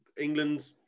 England